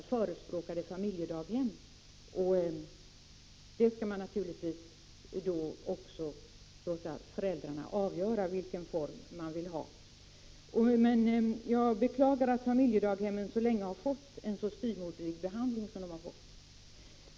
Jag beklagar att familjedaghemmen så länge har fått en så styvmoderlig behandling.